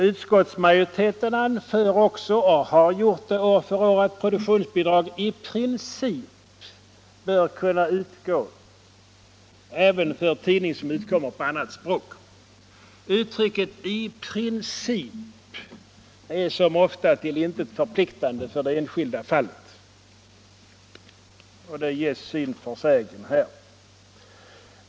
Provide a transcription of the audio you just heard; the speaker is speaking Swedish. Utskottsmajoriteten anför också — och har gjort det år efter år — att produktionsbidrag ”i princip” bör kunna utgå även för tidning som utkommer på annat språk. Uttrycket i princip är som ofta till intet förpliktande för det enskilda fallet. Här ger det syn för sägen.